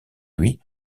lui